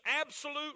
absolute